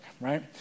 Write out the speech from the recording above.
right